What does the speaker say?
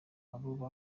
abo